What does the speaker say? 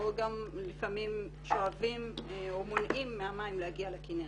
או לפעמים שואבים או מונעים מהמים להגיע לכינרת.